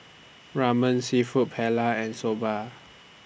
Ramen Seafood Paella and Soba